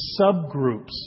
subgroups